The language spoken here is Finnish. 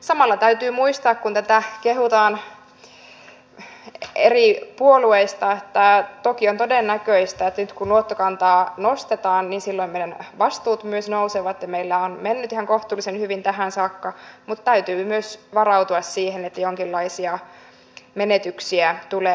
samalla täytyy muistaa kun tätä kehutaan eri puolueista että toki on todennäköistä että nyt kun luottokantaa nostetaan niin silloin meidän vastuumme myös nousevat ja meillä on mennyt ihan kohtuullisen hyvin tähän saakka mutta täytyy myös varautua siihen että jonkinlaisia menetyksiä tulee